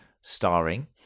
starring